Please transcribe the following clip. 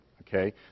okay